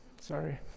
Sorry